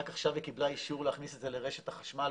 רק עכשיו היא קיבלה אישור להכניס את זה לרשת החשמל,